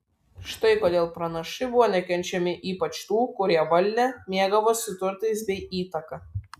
štai kodėl pranašai buvo nekenčiami ypač tų kurie valdė mėgavosi turtais bei įtaka